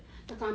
post kot